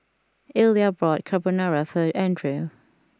Illya bought Carbonara for Andrew